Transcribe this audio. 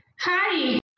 Hi